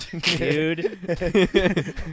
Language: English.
dude